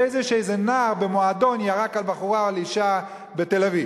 שאיזה נער במועדון ירק על בחורה או על אשה בתל-אביב,